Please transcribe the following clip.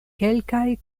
kelkaj